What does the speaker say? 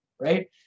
Right